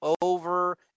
over